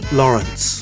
lawrence